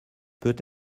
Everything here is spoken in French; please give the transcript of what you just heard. peut